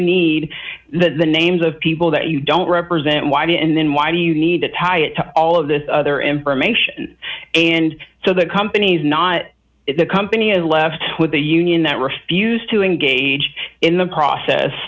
need the names of people that you don't represent why did and then why do you need to tie it to all of this other information and so the company's not if the company is left with a union that refused to engage in the process